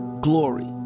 glory